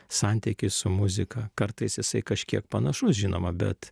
santykiai su muzika kartais jisai kažkiek panašus žinoma bet